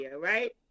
right